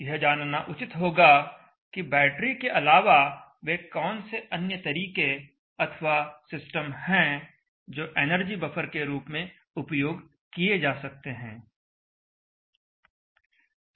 यह जानना उचित होगा कि बैटरी के अलावा वे कौन से अन्य तरीके अथवा सिस्टम हैं जो एनर्जी बफर के रूप में उपयोग किए जा सकते हैं